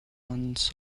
ones